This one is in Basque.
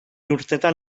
urtetan